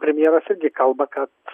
premjeras irgi kalba kad t